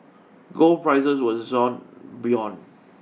gold prices were buoyant